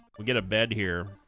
we'll get a bed here